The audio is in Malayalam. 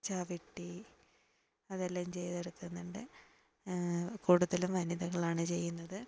ചവിട്ടി അതെല്ലാം ചെയ്തെടുക്കുന്നുണ്ട് കൂടുതലും വനിതകളാണ് ചെയ്യുന്നത്